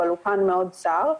אבל הוא פן מאוד צר,